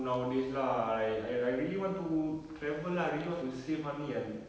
nowadays lah like I I really want to travel lah I really want to save money and